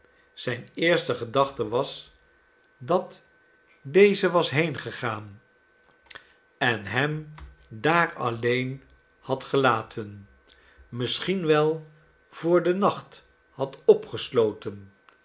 zijne eerste gedachte was dat deze was heenqui lp wenscht brass goeden naght gegaan en hem daar alleen had gelaten misschien wel voor dien nacht had opgesloten